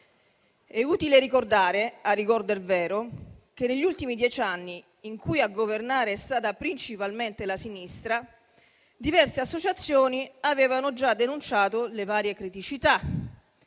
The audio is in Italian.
È utile ricordare, a onor del vero, che negli ultimi dieci anni, in cui a governare è stata principalmente la sinistra, diverse associazioni avevano già denunciato le varie criticità.